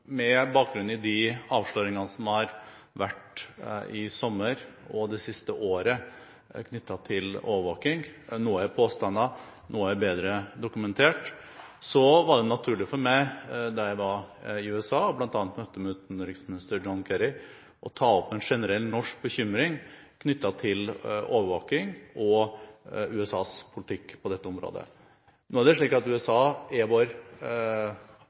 Med bakgrunn i de avsløringene som har vært i sommer og det siste året knyttet til overvåkning – noe er påstander, noe er bedre dokumentert – var det naturlig for meg da jeg var i USA og bl.a. møtte utenriksminister John Kerry, å ta opp en generell norsk bekymring knyttet til overvåkning og USAs politikk på dette området. Nå er det slik at USA er